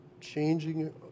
changing